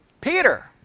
Peter